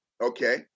okay